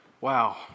Wow